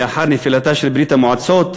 לאחר נפילתה של ברית-המועצות,